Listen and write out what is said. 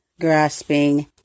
grasping